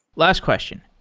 last question.